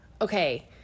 Okay